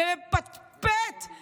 אבל אם הוא לא הולך למכינה והוא לא